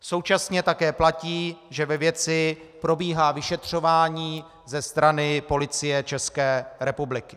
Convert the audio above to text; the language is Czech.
Současně také platí, že ve věci probíhá vyšetřování ze strany Policie České republiky.